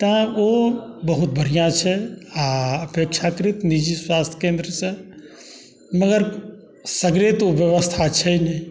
तेँ ओ बहुत बढ़िआँ छै आओर अपेक्षाकृत निजी स्वास्थ्य केन्द्रसँ मगर सगरे तऽ ओ बेबस्था छै नहि